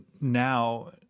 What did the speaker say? now